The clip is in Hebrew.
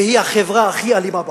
והיא החברה הכי אלימה בעולם.